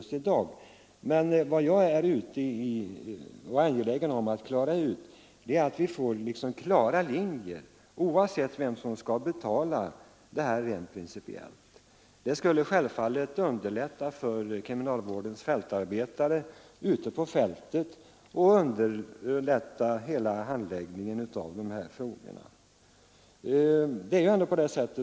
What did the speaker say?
Jag är dock angelägen om att klara principiella riktlinjer dras upp, oavsett vem som får betala dessa kostnader. Det skulle självfallet underlätta verksamheten för kriminalvårdens fältarbetare och hela handläggningen av dessa frågor.